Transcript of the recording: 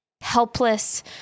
helpless